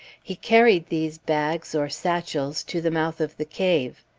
he carried these bags or satchels to the mouth of the cave.